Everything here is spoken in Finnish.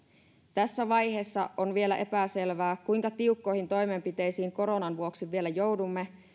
tässä vaiheessa on vielä epäselvää kuinka tiukkoihin toimenpiteisiin koronan vuoksi vielä joudumme